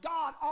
God